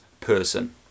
person